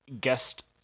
guest